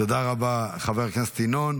תודה רבה, חבר הכנסת אזולאי.